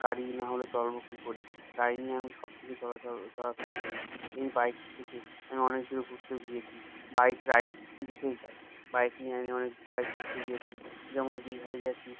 গাড়ি না হলে চলব কী করে গাড়ি নিয়ে আমি সব দিকে চলাচল চলাফেরা করি এই বাইক থেকে আমি অনেক দূরে ঘুরতেও গিয়েছি বাইক রাইড দিতেও যাই বাইক নিয়ে আমি অনেক জায়গায় ঘুরতেও গিয়েছি যেমন দিঘায় গিয়েছি